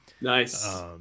nice